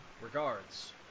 regards